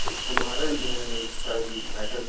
तुम्हारे में शायद बैठक